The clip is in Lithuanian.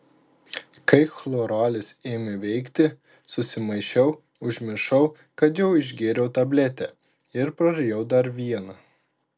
kai chloralis ėmė veikti susimaišiau užmiršau kad jau išgėriau tabletę ir prarijau dar vieną